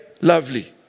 lovely